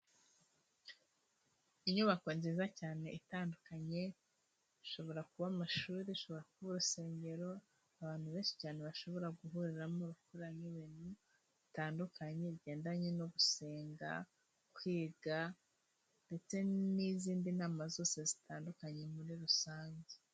Inyubako nziza cyane itandukanye ishobora kuba amashuri, ishobora kuba urusengero, abantu benshi cyane bashobora guhuriramo bai gukora nk'ibintu bitandukanye bigendanye no gusenga, kwiga ndetse n'izindi nama zose zitandukanye muri rusange.